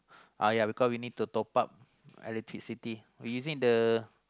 uh ya because we need to top up electricity we using the